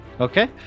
okay